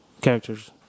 characters